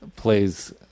plays